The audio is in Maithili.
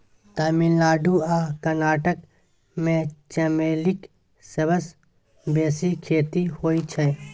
तमिलनाडु आ कर्नाटक मे चमेलीक सबसँ बेसी खेती होइ छै